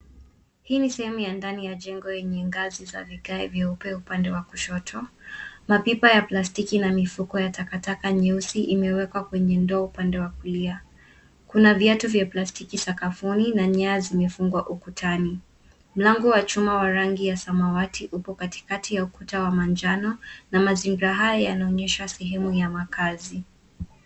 Hii ni sehemu ya ndani ya jengo yenye ngazi za vigae vya upeo upande wa kushoto ,mapipa ya plastiki na mifuko ya takataka nyeusi imewekwa kwenye ndoo upande wa kulia ,kuna viatu vya plastiki sakafuni na nyaya zimefungwa ukutani ,mlango wa chuma wa rangi ya samawati upo katikati ya ukuta wa manjano na mazingira haya yanaonyesha sehemu ya makaazi.